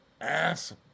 ass